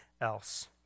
else